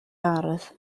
ardd